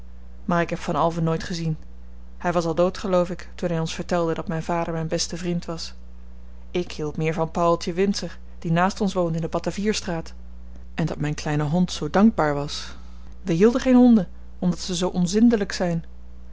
maar ik heb van alphen nooit gezien hy was al dood geloof ik toen hy ons vertelde dat myn vader myn beste vrind was ik hield meer van pauweltje winser die naast ons woonde in de batavierstraat en dat myn kleine hond zoo dankbaar was we hielden geen honden omdat ze zoo onzindelyk zyn